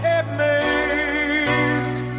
amazed